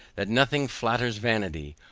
that nothing flatters vanity,